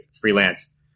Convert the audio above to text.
freelance